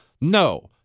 No